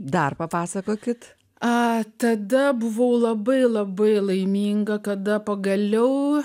dar papasakokit ką tada buvau labai labai laiminga kada pagaliau